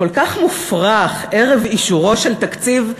כל כך מופרך, ערב אישורו של תקציב נתניהו,